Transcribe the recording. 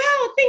wow